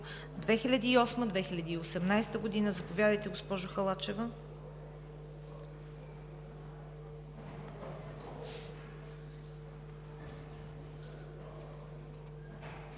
2008 – 2018 г. Заповядайте, госпожо Халачева.